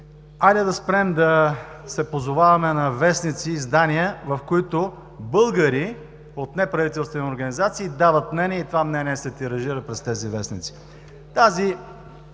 Хайде да спрем да се позоваваме на вестници и издания, в които българи от неправителствени организации дават мнение и това мнение се тиражира през тези вестници.